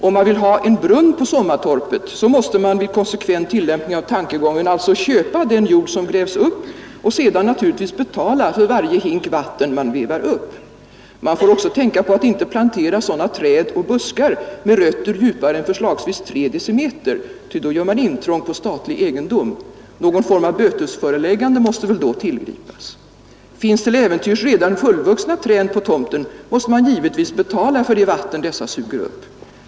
Om man vill ha en brunn på sommartorpet måste man — vid konsekvent tillämpning av tankegången — alltså köpa den jord som grävs upp och sedan naturligtvis betala för varje hink vatten man vevar upp. Man får också tänka på att inte plantera sådana träd och buskar med rötter djupare än förslagsvis tre decimeter, ty då gör man intrång på statlig egendom. Någon form av bötesföreläggande måste väl då tillgripas. Finns till äventyrs redan fullvuxna träd på tomten måste man givetvis betala för det vatten dessa suger upp.